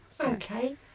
Okay